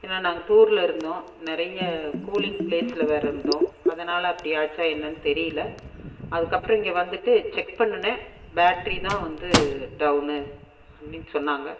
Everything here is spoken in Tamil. ஏன்னால் நாங்கள் டூரில் இருந்தோம் நிறைய கூலிங் ப்ளேஸில் வேறு இருந்தோம் அதனால் அப்படி ஆச்சா என்னென்னு தெரியலை அதுக்கப்புறம் இங்கே வந்துட்டு செக் பண்ணினேன் பேட்டரி தான் வந்து டவுனு அப்படினு சொன்னாங்க